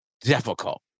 difficult